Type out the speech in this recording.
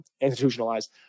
institutionalized